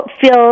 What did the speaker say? feel